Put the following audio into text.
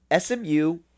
SMU